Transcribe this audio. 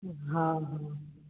हाँ हाँ